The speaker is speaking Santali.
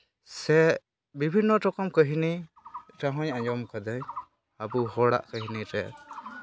ᱥᱮ ᱵᱤᱵᱷᱤᱱᱱᱚ ᱨᱚᱠᱚᱢ ᱠᱟᱹᱦᱱᱤ ᱨᱮᱦᱚᱸᱧ ᱟᱸᱡᱚᱢ ᱠᱟᱹᱫᱟᱹᱧ ᱟᱵᱚ ᱦᱚᱲᱟᱜ ᱠᱟᱹᱦᱱᱤ ᱨᱮ